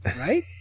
Right